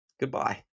goodbye